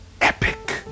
epic